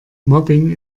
mobbing